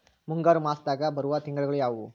ಮುಂಗಾರು ಮಾಸದಾಗ ಬರುವ ತಿಂಗಳುಗಳ ಯಾವವು?